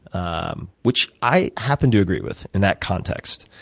um which i happen to agree with in that context.